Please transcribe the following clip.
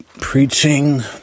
preaching